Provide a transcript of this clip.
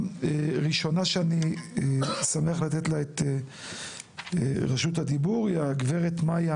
הראשונה שאני שמח לתת לה את רשות הדיבור היא הגברת מאיה